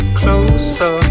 closer